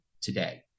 today